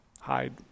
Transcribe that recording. hide